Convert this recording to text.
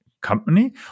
company